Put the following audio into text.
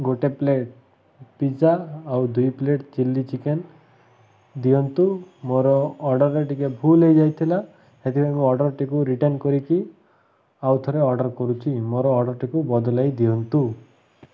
ଗୋଟେ plate pizza ଆଉ ଦୁଇ ପ୍ଲେଟ୍ ଚିଲ୍ଲି ଚିକେନ ଦିଅନ୍ତୁ ମୋର ଅର୍ଡ଼ର୍ରେ ଟିକେ ଭୁଲ ହେଇଯାଇଥିଲା ସେଥିପାଇଁ ମୁଁ ଅର୍ଡ଼ର୍ଟିକୁ ରିଟର୍ଣ୍ଣ କରିକି ଆଉ ଥରେ ଅର୍ଡ଼ର୍ କରୁଛି ମୋର ଅର୍ଡ଼ର୍ଟିକୁ ବଦଳାଇ ଦିଅନ୍ତୁ